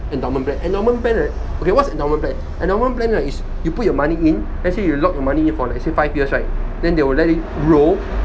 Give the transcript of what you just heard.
endowment plan endowment plan right okay what's endowment plan endowment plan right is you put your money in let's say you lock the money in let's say for five years right then it will let it roll